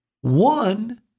One